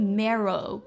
marrow